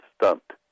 stumped